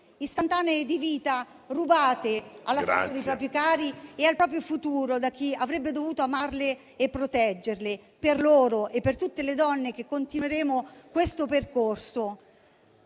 istantanee di vita rubate all'affetto dei propri cari e al proprio futuro da chi avrebbe dovuto amarle e proteggerle. È per loro e per tutte le donne che continueremo questo percorso